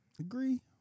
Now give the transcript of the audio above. Agree